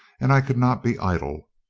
and i could not be idle.